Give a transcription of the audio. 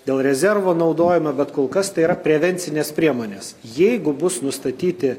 dėl rezervo naudojimo bet kol kas tai yra prevencinės priemonės jeigu bus nustatyti